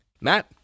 Matt